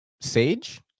Sage